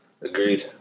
Agreed